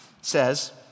says